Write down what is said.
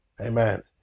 Amen